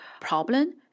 problem